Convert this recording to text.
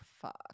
fuck